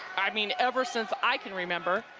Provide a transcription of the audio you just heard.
i mean, ever since i can remembered.